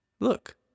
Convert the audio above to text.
Look